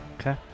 Okay